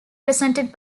presented